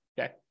Okay